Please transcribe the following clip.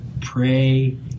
pray